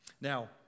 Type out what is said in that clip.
Now